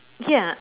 ya